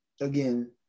again